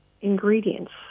ingredients